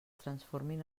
transformin